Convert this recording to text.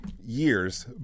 years